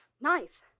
Knife